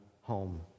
home